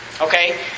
Okay